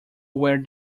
where